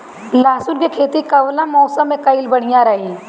लहसुन क खेती कवने मौसम में कइल बढ़िया रही?